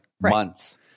months